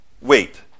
Wait